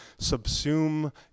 subsume